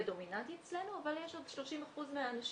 הדומיננטית אצלנו אבל יש עוד 30% מהאנשים